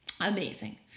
Amazing